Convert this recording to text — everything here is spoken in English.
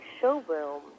showroom